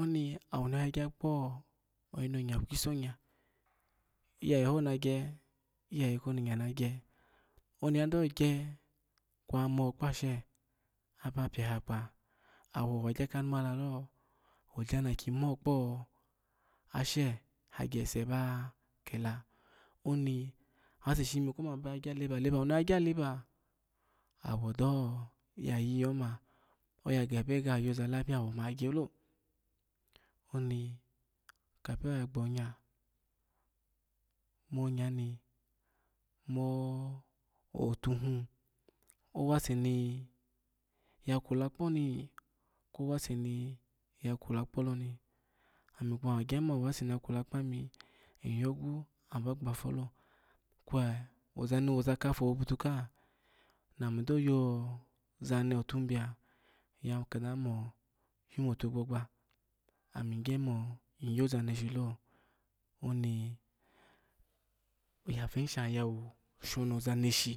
oni awo miyaya gya kpo oyi non ya kwi sonya iyeye ho nagya iyeye koyinonya nagya, oni agyo gya kwo mo kpasha aba piokpa owo wa gya kanu ma lalo oji nakimo kpuse hagya oni ase shishini iyimu komaba yagyo leba leba owo niya yagyo leba awo do yayiho oma oya gebe ga yozalabi oma yagysalo oni khipi oya gbonya mo nyani mootu hin owaseni ya kula kponi kwo ease ni ya kla kpoloni ami kuma agyohi wase ni ya kla kpami nyyogu aba gyofolo kwe ozani woza khafo obutu kha nami doyo zano tubio nyya kada nu mo tumo tugbaba ami gya mo iyo za neneshi lo oni oyafehi shayawu shini ozanshi.